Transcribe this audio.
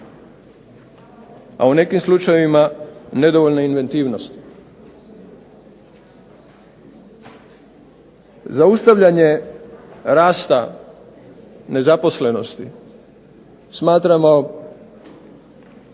a u nekim slučajevima nedovoljne inventivnosti. Zaustavljanje rasta nezaposlenosti smatramo